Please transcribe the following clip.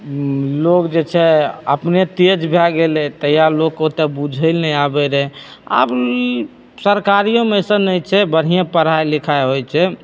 लोग जे छै अपने तेज भए गेलै तहिआ लोककेँ ओतेक बुझै लए नहि आबै रहै आब ई सरकारियोमे अइसन नहि छै बढ़िएँ पढ़ाइ लिखाइ होइत छै